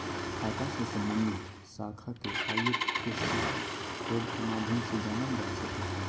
खाता से सम्बन्धित शाखा के आई.एफ.एस.सी कोड के माध्यम से जानल जा सक हइ